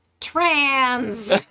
Trans